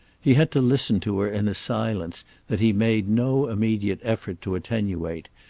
he had to listen to her in a silence that he made no immediate effort to attenuate,